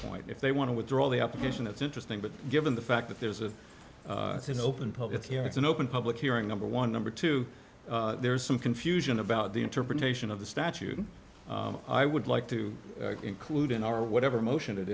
point if they want to withdraw the application it's interesting but given the fact that there's a it's an open pope it's here it's an open public hearing number one number two there's some confusion about the interpretation of the statute i would like to include in our whatever motion it